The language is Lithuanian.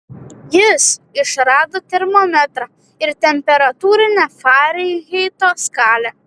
jis išrado termometrą ir temperatūrinę farenheito skalę